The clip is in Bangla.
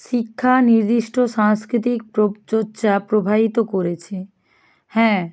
শিক্ষা নির্দিষ্ট সাংস্কৃতিক চর্চা প্রভাহিত করেছে হ্যাঁ